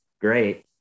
great